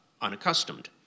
unaccustomed